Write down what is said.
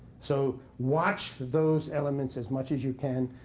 so watch those elements as much as you can.